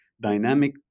dynamic